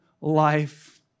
life